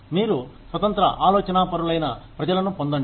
మీరు స్వతంత్ర ఆలోచనాపరులైన ప్రజలను పొందండి